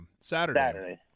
Saturday